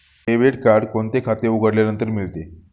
Debit card कोणते खाते उघडल्यानंतर मिळते?